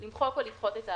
(1)למחוק או לדחות את הערר,